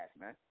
man